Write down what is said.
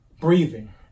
breathing